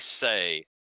say